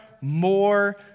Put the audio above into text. more